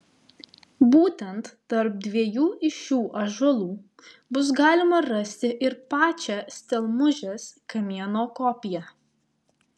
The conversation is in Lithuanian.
būtent tarp dviejų iš šių ąžuolų bus galima rasti ir pačią stelmužės kamieno kopiją